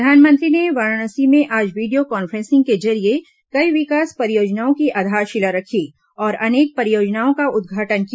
प्रधानमंत्री ने वाराणसी में आज वीडियो कांफ्रेंसिंग के जरिए कई विकास परियोजनाओं की आधारशिला रखी और अनेक परियोजनाओं का उद्घाटन किया